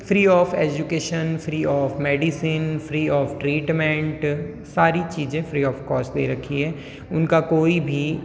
free of education free of medicine free of treatment सारी चीज़ें free of cost दे रखी हैं उनका कोई भी